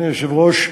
אדוני היושב-ראש,